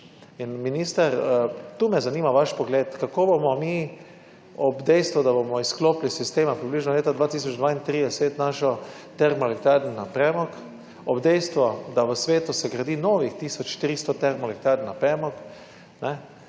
Minister, tu me zanima vaš pogled kako bomo mi ob dejstvu, da bomo izklopili sistema približno leta 2032 našo termoelektrarn na premog, ob dejstvu, da v svetu se gradi novih tisoč tristo termoelektrarn na premog,